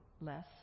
less